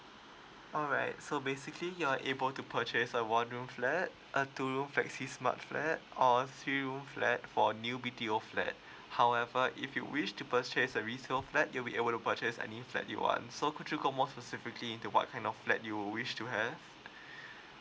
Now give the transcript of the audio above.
alright so basically you're able to purchase a one room flat a two room flexi smart flat or three room flat for a new B_T_O flat however if you wish to purchase a resale flat you will be able to purchase any flat you want so could you got more specifically into what kind of flat do you wish to have